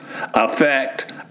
affect